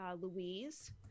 Louise